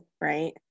right